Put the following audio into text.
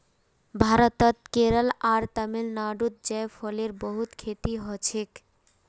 भारतत केरल आर तमिलनाडुत जायफलेर बहुत खेती हछेक